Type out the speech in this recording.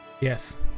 Yes